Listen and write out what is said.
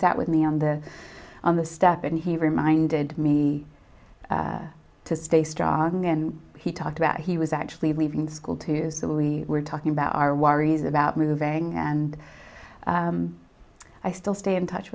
with me on the on the step and he reminded me to stay strong and he talked about he was actually leaving school too so we were talking about our worries about moving and i still stay in touch